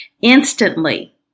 Instantly